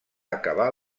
acabar